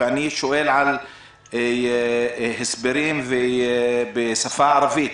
ואני שואל על הסברים בשפה ערבית.